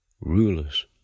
rulers